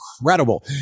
incredible